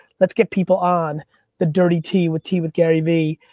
let's get people on the dirty tea with tea with garyvee.